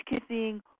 kissing